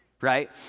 right